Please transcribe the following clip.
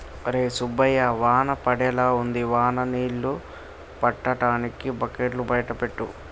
ఒరై సుబ్బయ్య వాన పడేలా ఉంది వాన నీళ్ళు పట్టటానికి బకెట్లు బయట పెట్టు